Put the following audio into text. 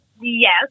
Yes